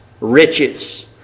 riches